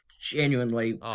genuinely